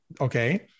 Okay